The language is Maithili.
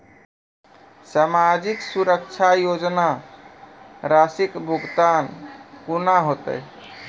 समाजिक सुरक्षा योजना राशिक भुगतान कूना हेतै?